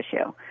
issue